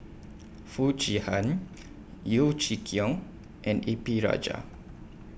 Foo Chee Han Yeo Chee Kiong and A P Rajah